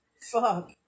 Fuck